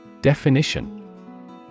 Definition